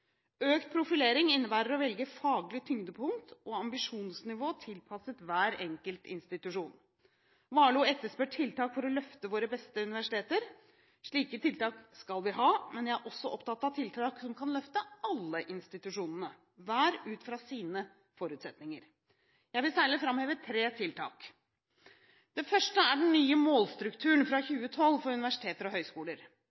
Økt profilering innebærer å velge faglig tyngdepunkt og ambisjonsnivå tilpasset hver enkelt institusjon. Warloe etterspør tiltak for å løfte våre beste universiteter. Slike tiltak skal vi ha, men jeg er også opptatt av tiltak som kan løfte alle institusjonene, hver ut fra sine forutsetninger. Jeg vil særlig framheve tre tiltak: Det første er den nye målstrukturen fra